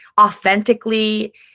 authentically